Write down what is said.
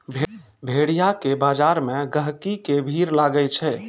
भेड़िया के बजार मे गहिकी के भीड़ लागै छै